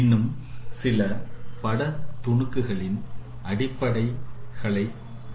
இன்னும் சில பட துணுக்குகளின் அடிப்படைகளை பார்க்கின்றோம்